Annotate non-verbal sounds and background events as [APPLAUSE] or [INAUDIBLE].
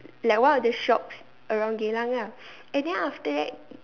like one of the shops around Geylang lah [NOISE] and then after that